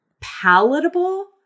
palatable